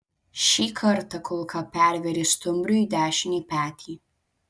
šį kartą kulka pervėrė stumbriui dešinį petį